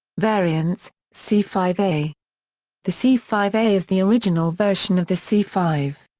variants c five a the c five a is the original version of the c five.